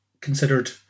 considered